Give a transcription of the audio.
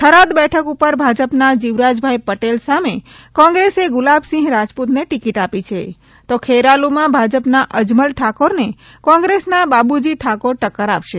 થરાદ બેઠક ઉપર ભાજપના જીવરાજભાઈ પટેલ સામે કોંગ્રેસે ગુલાબસિંહ રાજપુતને ટિકિટ આપી છે તો ખેરાલુમાં ભાજપના અજમલ ઠાકોરને કોંગ્રેસના બાબુજી ઠાકોર ટક્કર આપશે